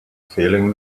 feeling